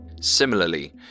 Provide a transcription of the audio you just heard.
Similarly